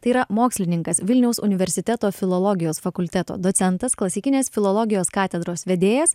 tai yra mokslininkas vilniaus universiteto filologijos fakulteto docentas klasikinės filologijos katedros vedėjas